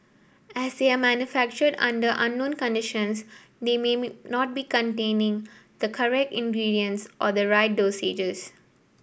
as they are manufactured under unknown conditions they not containing the correct ingredients or the right dosages